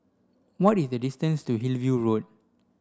what is the distance to Hillview Road